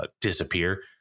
disappear